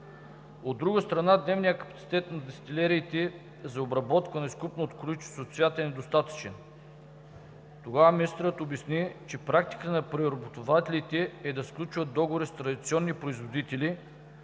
От друга страна, дневният капацитет на дестилериите за обработка на изкупеното количество цвят е недостатъчен. Тогава министърът обясни, че практика на преработвателите е да сключват договори с традиционни производители,